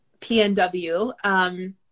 PNW